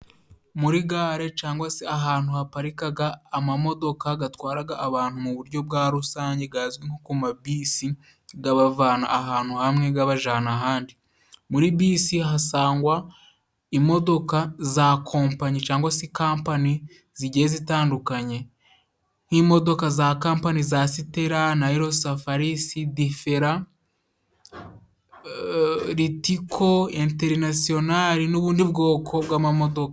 Muri gare cangwa se ahantu haparikaga amamodoka gatwaraga abantu mu buryo bwa rusange gazwi nko ku ma bisi, gabavana ahantu hamwe gabajana ahandi. Muri bisi hasangwa imodoka za kompanyi cyangwa se kampani zigiye zitandukanye. Nk'imodoka za kampani, za sitera na Yero, Safarisi, Difera, Ritiko, Interinasiyonari n'ubundi bwoko bw'amamodoka.